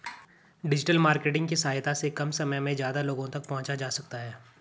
digital marketing की सहायता से कम समय में ज्यादा लोगो तक पंहुचा जा सकता है